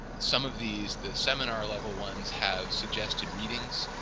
some of these, the seminar level ones, have suggested readings